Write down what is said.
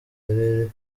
karere